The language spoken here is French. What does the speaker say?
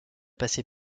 passé